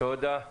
תודה.